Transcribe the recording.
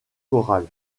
chorale